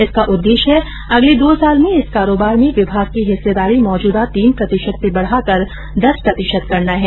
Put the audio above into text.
इसका उद्देश्य अगले दो साल में इस कारोबार में विभाग की हिस्सेदारी मौजूदा तीन प्रतिशत से बढ़ाकर दस प्रतिशत करना है